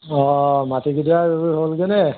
অঁ মাটিকেইডৰা ৰুই হ'লগৈনে